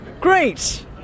great